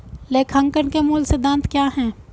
लेखांकन के मूल सिद्धांत क्या हैं?